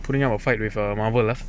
putting up a fight with a marvel lah